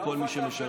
לכל מי שמשרת.